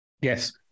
Yes